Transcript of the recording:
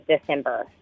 December